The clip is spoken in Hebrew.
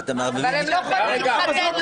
אבל הם לא יכולים להתחתן,